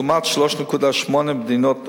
לעומת 3.8 במדינות ה-OECD.